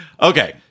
Okay